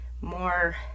more